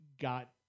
got